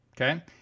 okay